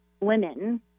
women